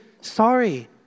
sorry